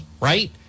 right